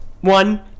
One